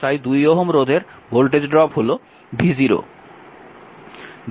তাই 2 Ω রোধের voltage drop হল v0